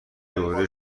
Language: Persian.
دوره